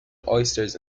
oysters